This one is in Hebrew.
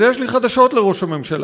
אז יש לי חדשות לראש הממשלה: